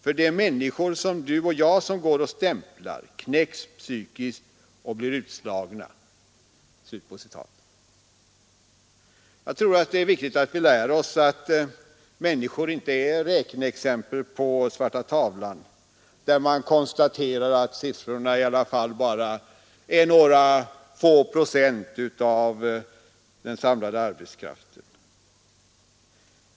För det är människor som Du och jag som går och stämplar, knäcks psykiskt, blir utslagna.” Jag tror att det är viktigt att vi lär oss att människor inte är räkneexempel på svarta tavlan där man konstaterar att de arbetslösa i alla fall bara är några få procent av den samlade arbetskraften.